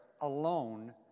alone